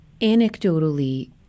Anecdotally